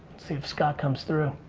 see if scott comes through.